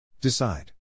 Decide